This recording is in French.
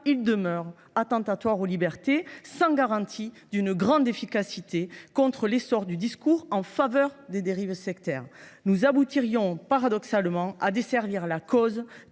demeurait attentatoire aux libertés, sans pour autant garantir une grande efficacité contre l’essor du discours en faveur des dérives sectaires. Nous finirions paradoxalement par desservir la cause